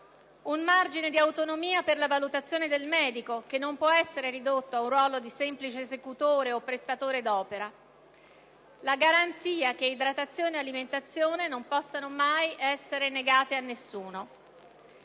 un margine di autonomia per la valutazione del medico, che non può essere ridotto ad un ruolo di semplice esecutore o prestatore d'opera; la garanzia che idratazione e alimentazione non possano mai essere negate a nessuno.